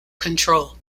control